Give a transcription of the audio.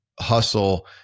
hustle